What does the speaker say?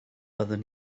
byddwn